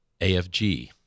afg